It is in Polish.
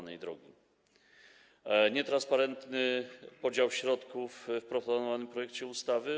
Nietransparentny podział środków w proponowanym projekcie ustawy.